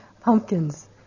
pumpkins